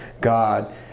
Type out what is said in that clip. god